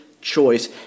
choice